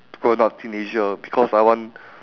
t~ grown up teenager because I want